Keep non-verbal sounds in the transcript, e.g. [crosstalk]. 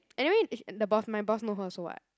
anyway [noise] the boss my boss know her also [what]